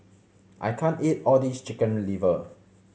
I can't eat all this Chicken Liver